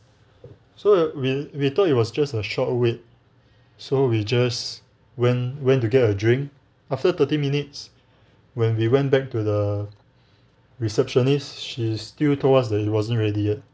so we we thought it was just a short wait so we just went went to get a drink after thirty minutes when we went back to the receptionist she still told us that it wasn't ready yet